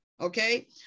Okay